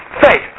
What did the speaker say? Faith